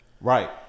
right